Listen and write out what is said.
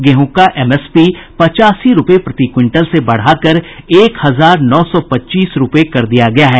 गेंहू का एमएसपी पचासी रुपए प्रति क्विंटल से बढाकर एक हजार नौ सौ पच्चीस रुपए कर दिया गया है